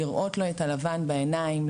לראות לו את הלבן בעיניים,